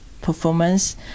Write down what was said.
performance